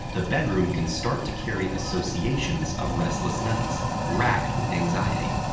the bedroom can start to carry associations of restless nights wracked with anxiety.